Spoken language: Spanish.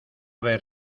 ver